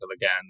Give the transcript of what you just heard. again